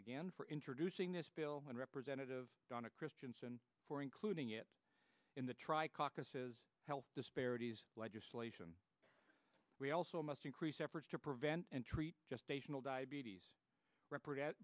again for introducing this bill and representative donna christiansen for including it in the tri caucuses health disparities legislation we also must increase efforts to prevent and treat just a journal diabetes represent